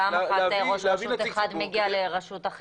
פעם אחת ראש רשות אחת מגיע לרשות אחרת